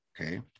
okay